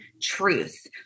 truth